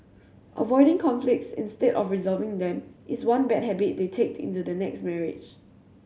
avoiding conflicts instead of resolving them is one bad habit they take into the next marriage